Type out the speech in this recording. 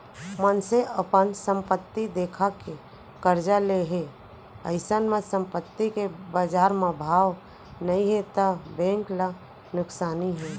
मनसे अपन संपत्ति देखा के करजा ले हे अइसन म संपत्ति के बजार म भाव नइ हे त बेंक ल नुकसानी हे